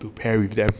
to pair with them